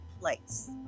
place